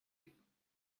类似